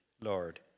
Lord